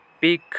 big